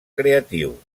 creatiu